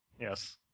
Yes